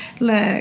look